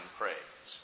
praise